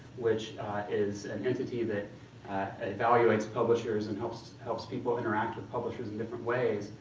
which is an entity that evaluates publishers and helps helps people interact with publishers in different ways,